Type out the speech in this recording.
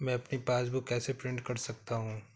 मैं अपनी पासबुक कैसे प्रिंट कर सकता हूँ?